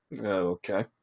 okay